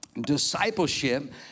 discipleship